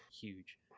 huge